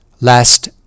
last